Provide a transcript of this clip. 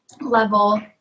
level